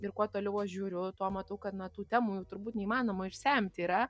ir kuo toliau aš žiūriu tuo matau kad na tų temų turbūt neįmanoma išsemti yra